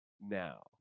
Now